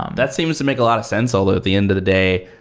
um that seems to make a lot of sense, although the end of the day,